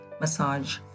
massage